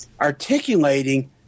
articulating